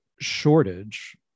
shortage